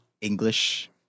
English